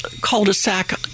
cul-de-sac